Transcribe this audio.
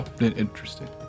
Interesting